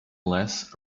less